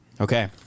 Okay